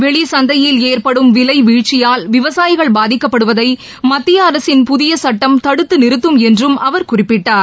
வெளி சந்தையில் ஏற்படும் விலை வீழ்ச்சியால் விவசாயிகள் பாதிக்கப்படுவதை மத்திய அரசின் புதிய சட்டம் தடுத்துநிறுத்தும் என்றும் அவர் குறிப்பிட்டார்